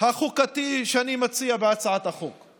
החוקתי שאני מציע בהצעת החוק.